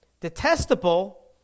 Detestable